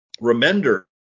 Remender